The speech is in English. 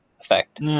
effect